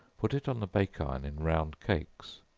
put it on the bake-iron in round cakes